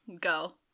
go